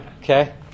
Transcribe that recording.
okay